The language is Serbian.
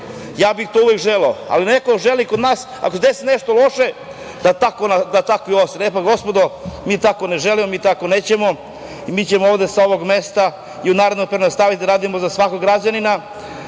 ja bih to uvek želeo, ali neko želi kod nas, ako se desi nešto loše, da tako i ostane. E, pa, gospodo mi tako ne želimo, mi tako nećemo. Mi ćemo ovde sa ovog mesta i u narednom periodu nastaviti da radimo za svakog građanina,